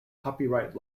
copyright